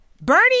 bernie